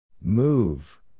Move